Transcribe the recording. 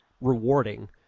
rewarding